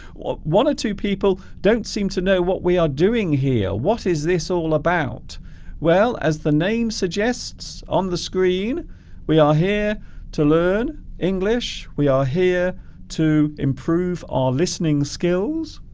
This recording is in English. one or two people don't seem to know what we are doing here what is this all about well as the name suggests on the screen we are here to learn english we are here to improve our listening skills